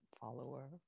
follower